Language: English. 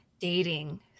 dating